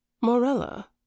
Morella